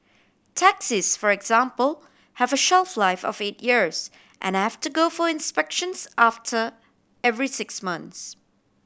taxis for example have a shelf life of eight years and have to go for inspections after every six months